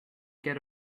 get